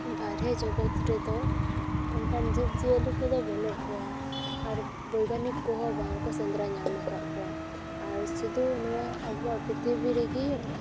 ᱵᱟᱨᱦᱮ ᱡᱚᱜᱚᱛ ᱨᱮᱫᱚ ᱚᱱᱠᱟᱱ ᱡᱤᱵᱽᱼᱡᱤᱭᱟᱹᱞᱤ ᱠᱚᱫᱚ ᱵᱟᱹᱱᱩᱜ ᱠᱚᱣᱟ ᱟᱨ ᱵᱚᱭᱹᱜᱟᱱᱤᱠ ᱠᱩᱦᱚᱸ ᱵᱟᱝᱠᱚ ᱥᱮᱸᱫᱽᱨᱟ ᱧᱟᱢ ᱟᱠᱟᱫ ᱠᱚᱣᱟ ᱟᱨ ᱥᱩᱫᱷᱩ ᱱᱩᱣᱟ ᱟᱵᱚᱣᱟᱜ ᱯᱨᱤᱛᱷᱤᱵᱤ ᱨᱮᱜᱮ